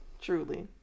Truly